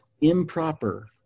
improper